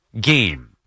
game